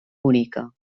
bonica